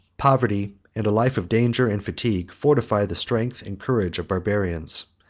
poverty, and a life of danger and fatigue, fortify the strength and courage of barbarians.